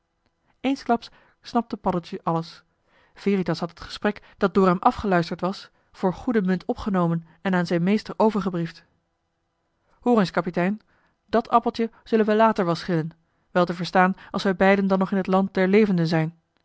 eensklaps snapte paddeltje alles veritas had het gesprek dat door hem afgeluisterd was voor goede munt opgenomen en aan zijn meester overgebriefd hoor eens kapitein dat appeltje zullen we later wel schillen wel te verstaan als wij beiden dan nog in het land der levenden zijn